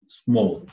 small